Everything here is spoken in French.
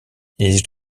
les